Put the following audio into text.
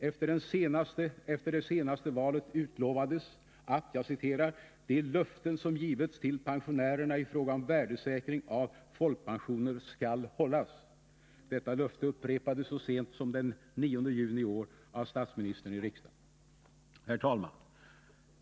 Efter det senaste valet utlovades att ”de löften som givits till pensionärerna i fråga om värdesäkring av folkpensioner ——— skall hållas”. Detta löfte upprepades så sent som den 9 juni i år av statsministern i riksdagen. Herr talman!